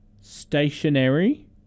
stationary